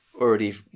already